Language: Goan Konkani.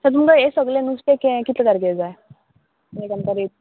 सो तुमकां हें सगलें नुस्तें के कितले तारखेर जाय आनी लायक आमकां रेट